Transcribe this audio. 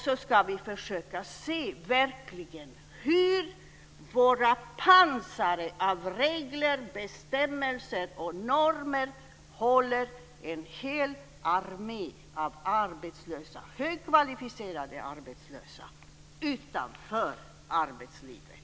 Så kan vi se hur våra pansar av regler, bestämmelser och normer håller en hel armé av högkvalificerade arbetslösa utanför arbetslivet.